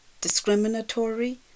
discriminatory